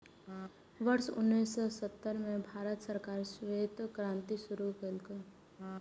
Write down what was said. वर्ष उन्नेस सय सत्तर मे भारत सरकार श्वेत क्रांति शुरू केलकै